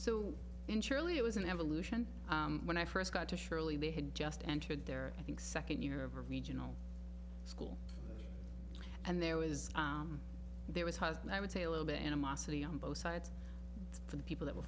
so in surely it was an evolution when i first got to surely they had just entered there i think second year of a regional school and there was there was husband i would say a little bit animosity on both sides for the people that were